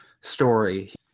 story